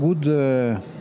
good